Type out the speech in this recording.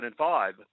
2005